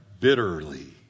bitterly